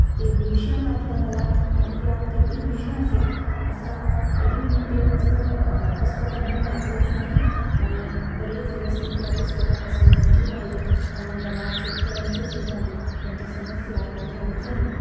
ते भीषण वाटलं मला आणि त्यात काहीतरी भीषण असेल असं करून मी ते मजकूर पुस्तक उघडून वाचलंच नाही आणि बरेच दिवस मी त्या पुस्तकापासून वंचित राहिले त्यामुळे मला शेतकऱ्यांचं जीवन त्यांच्या समस्या त्यांच्या अडचणी